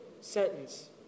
sentence